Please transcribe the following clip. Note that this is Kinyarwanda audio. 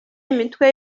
imitwe